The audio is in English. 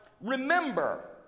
remember